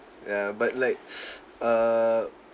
ya but like err